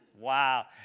Wow